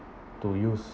to use